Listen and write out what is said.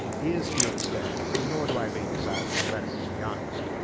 is here to stay, nor do i have any desire to get rid of it to be honest,